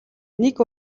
нэг